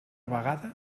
vegada